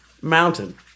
Mountain